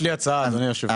יש לי הצעה, אדוני היושב ראש.